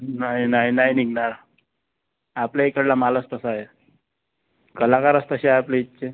नाही नाही नाही निघणार आपल्या इकडचा मालच तसा आहे कलाकारच तसे आहे आपल्या इथचे